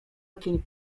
okien